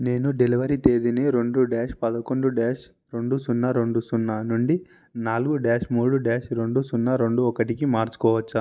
నేను డెలివరీ తేదీని రెండు డ్యాష్ పదకొండు డ్యాష్ రెండు సున్నా రెండు సున్నా నుండి నాలుగు డ్యాష్ మూడు డ్యాష్ రెండు సున్నా రెండు ఒకటికి మార్చుకోవచ్చా